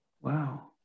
Wow